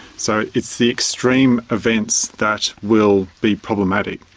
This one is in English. so it's the extreme events that will be problematic.